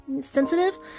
sensitive